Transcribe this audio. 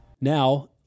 Now